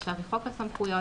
עכשיו זהו חוק הסמכויות,